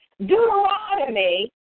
Deuteronomy